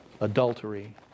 adultery